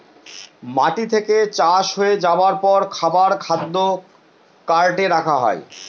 মাটি থেকে চাষ হয়ে যাবার পর খাবার খাদ্য কার্টে রাখা হয়